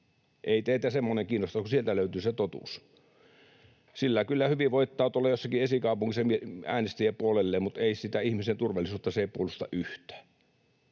Ei teitä semmoinen kiinnosta, mutta sieltä löytyy se totuus. Sillä kyllä hyvin voittaa tuolla jossakin esikaupungissa äänestäjiä puolelleen, mutta ihmisen turvallisuutta se ei puolusta yhtään.